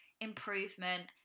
improvement